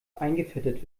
eingefettet